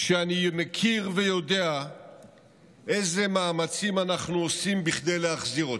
כשאני מכיר ויודע אילו מאמצים אנחנו עושים כדי להחזיר אותם.